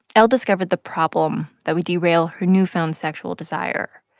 l discovered the problem that would derail her newfound sexual desire.